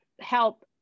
help